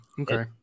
okay